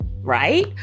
right